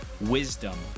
wisdom